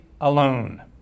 alone